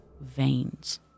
veins